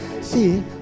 See